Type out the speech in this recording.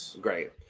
Great